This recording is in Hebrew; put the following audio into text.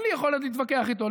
ואין לי יכולת להתווכח איתו,